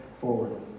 forward